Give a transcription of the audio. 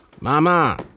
Mama